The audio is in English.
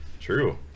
True